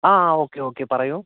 ആ ആ okay okay പറയു